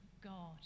God